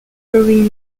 throwing